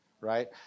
right